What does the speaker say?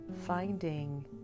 finding